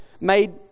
made